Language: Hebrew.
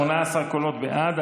18 קולות בעד.